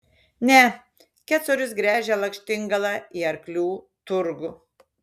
ne kecorius gręžia lakštingalą į arklių turgų